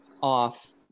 Off